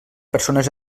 persones